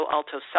Alto